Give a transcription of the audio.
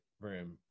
room